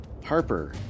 Harper